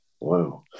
Wow